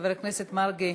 חבר הכנסת מרגי,